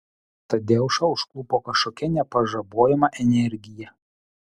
tadeušą užplūdo kažkokia nepažabojama energija